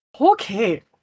Okay